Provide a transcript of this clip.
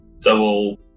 double